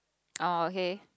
oh okay